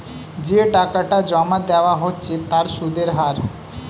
যে টাকাটা জমা দেওয়া হচ্ছে তার সুদের হার